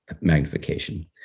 magnification